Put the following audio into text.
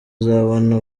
azabona